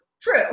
True